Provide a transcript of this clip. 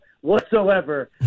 whatsoever